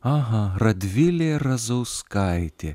aha radvilė razauskaitė